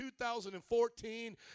2014